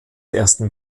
ersten